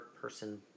person